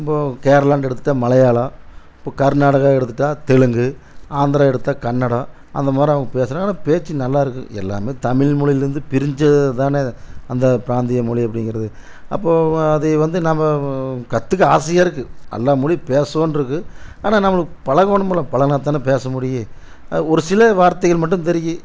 நம்ப்போ கேர்ளான்டு எடுத்துகிட்டா மலையாளம் இப்போ கர்நாடக எடுத்துகிட்டா தெலுங்கு ஆந்திரா எடுத்தா கன்னடம் அந்தமாதிரி பேசினா ஆனால் பேச்சு நல்லா இருக்கு எல்லாமே தமிழ் மொழியில் இருந்து பிரிஞ்சது தானே அந்த பிராந்திய மொழி அப்படிங்கறது அப்போ அது வந்து நம்ம கற்றுக்க ஆசையாக இருக்கு எல்லா மொழியும் பேசோன்றது ஆனால் நமளுக்கு பழகணுமுல்ல பழகுன்னா தானே பேச முடியும் ஒரு சில வார்த்தைகள் மட்டும் தெரியும்